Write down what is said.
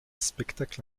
spectacle